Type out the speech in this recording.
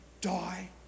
die